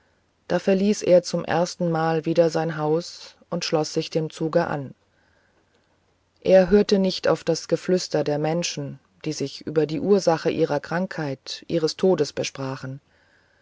da verließ er zum erstenmal wieder sein haus und schloß sich dem zuge an er hörte nicht auf das geflüster der menschen die sich über die ursachen ihrer krankheit ihres todes besprachen